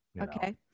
Okay